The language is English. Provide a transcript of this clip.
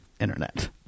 internet